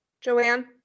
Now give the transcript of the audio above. Joanne